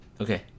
Okay